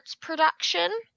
production